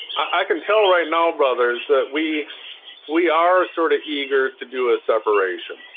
i can tell right now brothers that we we are sort of eager to do a separation,